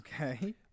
Okay